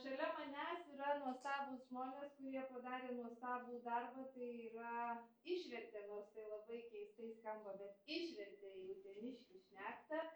šalia manęs yra nuostabūs žmonės kurie padarė nuostabų darbą tai yra išvertė nors tai labai keistai skamba bet išvertė į uteniškių šnektą